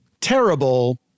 terrible